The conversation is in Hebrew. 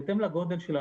בהתאם לגודל של היישוב.